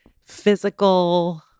physical